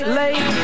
late